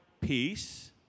peace